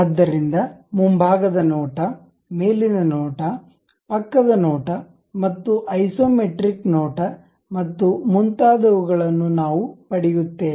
ಆದ್ದರಿಂದ ಮುಂಭಾಗದ ನೋಟ ಮೇಲಿನ ನೋಟ ಪಕ್ಕದ ನೋಟ ಮತ್ತು ಐಸೊಮೆಟ್ರಿಕ್ ನೋಟ ಮತ್ತು ಮುಂತಾದವುಗಳನ್ನು ನಾವು ಪಡೆಯುತ್ತೇವೆ